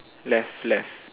left left